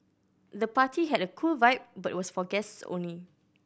the party had a cool vibe but was for guests only